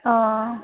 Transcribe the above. অ